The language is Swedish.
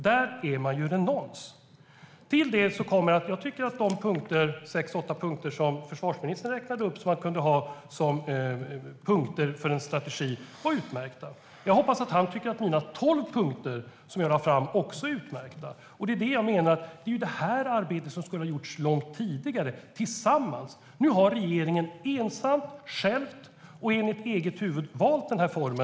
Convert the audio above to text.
Där är man ju renons på idéer. Därutöver tycker jag att de sex eller åtta punkter för en strategi som försvarsministern räknade upp var utmärkta. Jag hoppas att han tycker att de tolv punkter som jag lade fram också var utmärkta. Det är detta jag menar: Det här arbetet skulle ha gjorts långt tidigare, tillsammans. Nu har regeringen själv och enligt eget huvud valt denna form.